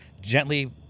gently